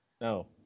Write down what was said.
No